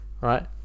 right